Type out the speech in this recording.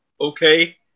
okay